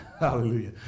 Hallelujah